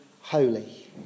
holy